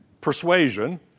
persuasion